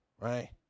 right